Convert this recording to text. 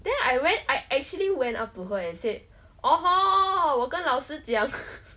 then I went I actually went up to her and said oh hor 我跟老师讲